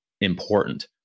important